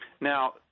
Now